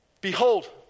Behold